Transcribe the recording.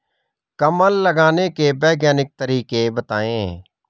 कमल लगाने के वैज्ञानिक तरीके बताएं?